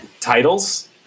titles